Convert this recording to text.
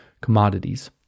commodities